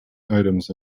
items